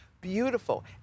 beautiful